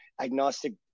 agnostic